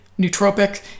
nootropic